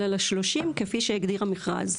אלא ל-30% כפי שהגדיר המכרז.